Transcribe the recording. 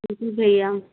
जी जी भैया